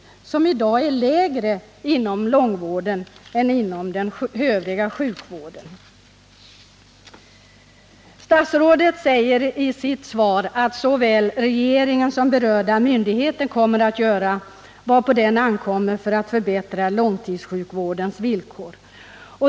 Personaltätheten är i dag lägre inom långvården än inom den övriga sjukvården. Statsrådet säger i sitt svar att såväl regeringen som berörda myndigheter kommer att göra vad på dem ankommer för att förbättra långtidssjukvårdens villkor.